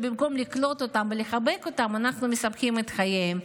במקום לקלוט אותם ולחבק אותם אנחנו מסבכים את חייהם.